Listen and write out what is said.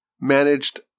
managed